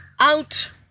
out